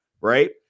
right